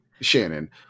Shannon